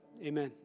Amen